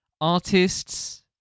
artists